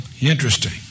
Interesting